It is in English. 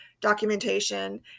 documentation